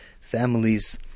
families